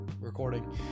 recording